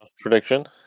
prediction